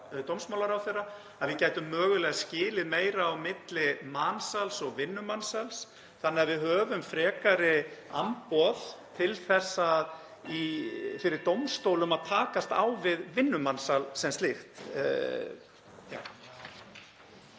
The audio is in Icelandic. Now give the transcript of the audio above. að við gætum mögulega skilið meira á milli mansals og vinnumansals þannig að við höfum frekari amboð til þess fyrir dómstólum (Forseti hringir.) að takast á við vinnumansal sem slíkt.